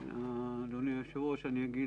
אדוני היושב-ראש, אני אגיד